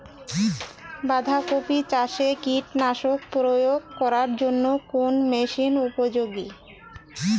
বাঁধা কপি চাষে কীটনাশক প্রয়োগ করার জন্য কোন মেশিন উপযোগী?